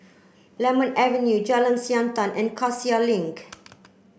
Lemon Avenue Jalan Siantan and Cassia Link